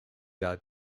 out